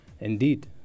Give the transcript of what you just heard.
indeed